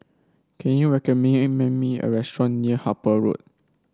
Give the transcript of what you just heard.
can you recommend me a restaurant near Harper Road